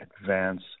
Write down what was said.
advance